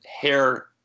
hair